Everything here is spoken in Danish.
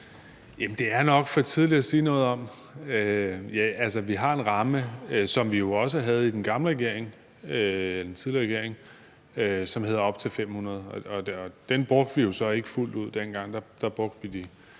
Det er nok for tidligt at sige noget om. Altså, vi har en ramme, ligesom vi jo også havde i den tidligere regering, som hedder op til 500, og den brugte vi jo så ikke fuldt ud dengang; der havde vi 200.